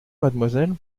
mademoiselle